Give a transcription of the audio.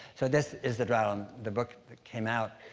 so this is the drawdown, the book that came out.